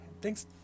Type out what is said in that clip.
Thanks